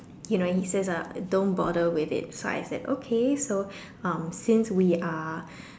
you know he says uh don't bother with it so I said okay so um since we are